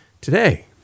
today